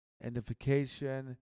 identification